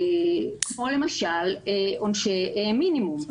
כמו למשל עונשי מינימום.